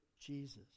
Jesus